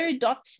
Dot